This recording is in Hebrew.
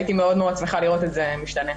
הייתי מאוד שמחה לראות את זה משתנה.